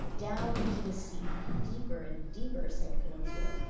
down into the sea, deeper and deeper, sank pinocchio,